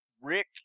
Rick